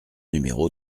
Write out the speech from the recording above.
numéro